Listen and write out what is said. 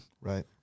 Right